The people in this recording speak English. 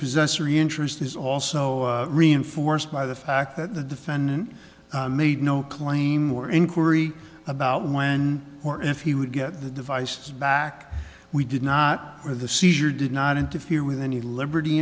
possessory interest is also reinforced by the fact that the defendant made no claim or inquiry about when or if he would get the device back we did not or the seizure did not interfere with any liberty